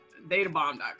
databomb.com